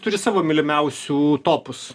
turi savo mylimiausių topus